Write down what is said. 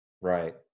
right